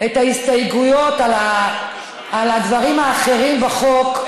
את ההסתייגויות על הדברים האחרים בחוק,